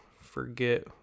forget